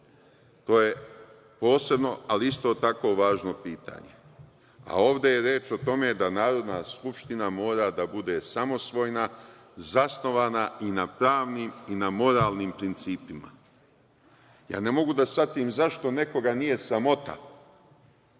To je posebno, ali isto tako važno pitanje. Ovde je reč o tome da Narodna skupština mora da bude samovoljna, zasnovana i na pravnim i na moralnim principima. Ne mogu da shvatim zašto nekoga nije sramota